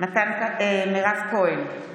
מירב כהן,